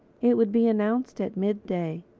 it would be announced at mid-day.